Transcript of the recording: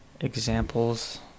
Examples